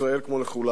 כמו לכולנו.